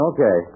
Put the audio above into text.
Okay